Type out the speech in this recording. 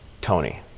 Tony